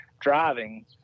driving